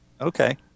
Okay